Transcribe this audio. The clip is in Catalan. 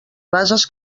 bases